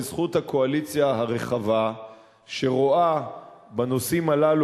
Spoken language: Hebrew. בזכות הקואליציה הרחבה שרואים בה עין בעין את הדברים בנושאים האלה,